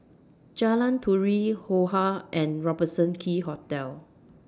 Jalan Turi Yo Ha and Robertson Quay Hotel